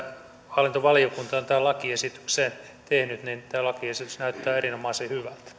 hallintovaliokunta on tähän lakiesitykseen tehnyt tämä lakiesitys näyttää erinomaisen